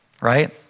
right